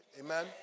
Amen